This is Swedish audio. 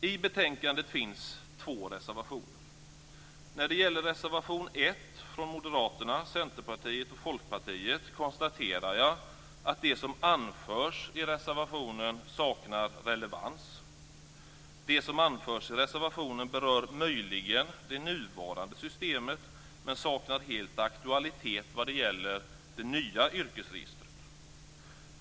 I betänkandet finns två reservationer. Centerpartiet och Folkpartiet konstaterar jag att det som anförs i reservationen saknar relevans. Det som anförs i reservationen berör möjligen det nuvarande systemet men saknar helt aktualitet vad gäller det nya yrkesregistret.